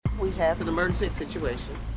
we had an emergency situation.